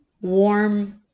warm